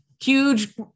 huge